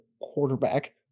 quarterback